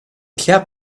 care